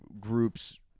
groups